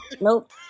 nope